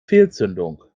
fehlzündung